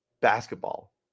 basketball